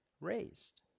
raised